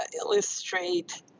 illustrate